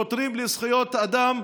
חותרים לזכויות אדם.